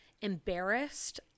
embarrassed